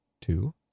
two